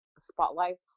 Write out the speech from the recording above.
spotlights